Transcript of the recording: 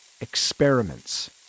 Experiments